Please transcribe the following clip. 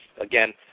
Again